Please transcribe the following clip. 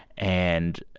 and.